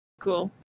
Cool